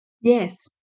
Yes